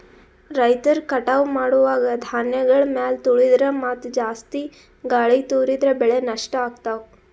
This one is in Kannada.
ರೈತರ್ ಕಟಾವ್ ಮಾಡುವಾಗ್ ಧಾನ್ಯಗಳ್ ಮ್ಯಾಲ್ ತುಳಿದ್ರ ಮತ್ತಾ ಜಾಸ್ತಿ ಗಾಳಿಗ್ ತೂರಿದ್ರ ಬೆಳೆ ನಷ್ಟ್ ಆಗ್ತವಾ